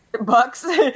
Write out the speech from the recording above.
bucks